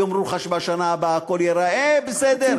יאמרו לך שבשנה הבאה הכול ייראה בסדר.